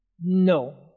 No